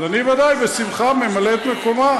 אז אני, ודאי, בשמחה, ממלא את מקומה.